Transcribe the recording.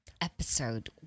episode